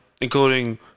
including